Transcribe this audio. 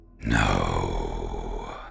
No